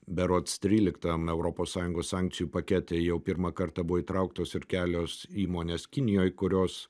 berods tryliktam europos sąjungos sankcijų pakete jau pirmą kartą buvo įtrauktos ir kelios įmonės kinijoj kurios